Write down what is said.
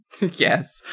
Yes